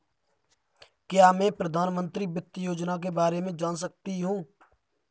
क्या मैं प्रधानमंत्री वित्त योजना के बारे में जान सकती हूँ?